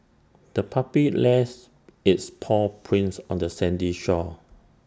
the puppy lets its paw prints on the sandy shore